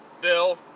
Bill